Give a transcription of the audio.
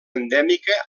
endèmica